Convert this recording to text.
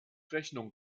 rechnung